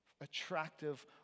attractive